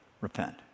repent